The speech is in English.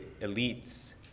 elites